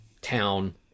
town